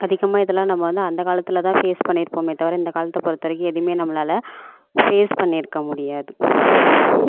அதிகமாக இது எல்லாம் நம்ம வந்து அந்த காலத்தில் தான் ஃபேஸ் பண்ணி இருப்போமே தவர இந்த காலத்தை பொறுத்த வரைக்கும் எதுவுமே நம்மளால் ஃபேஸ் பண்ணி இருக்க முடியாது